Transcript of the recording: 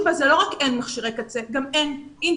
בה הוא לא רק שאין מכשירי קצה אלא גם אין אינטרנט.